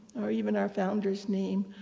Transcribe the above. or even our founder's name,